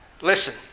Listen